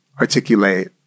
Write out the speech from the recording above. articulate